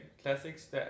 Classics